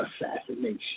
assassination